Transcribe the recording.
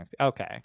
okay